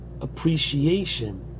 appreciation